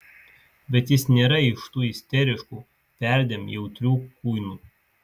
bet jis nėra iš tų isteriškų perdėm jautrių kuinų